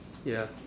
ya